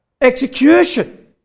execution